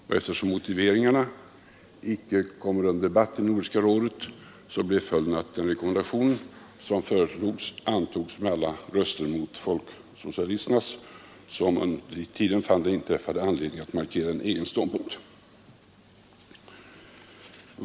Och eftersom motiveringarna icke kommer under debatt i Nordiska rådet blev följden att den föreslagna rekommendationen antogs med alla röster mot folksocialisternas — folksocialisterna fann anledning att markera en egen ståndpunkt.